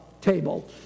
table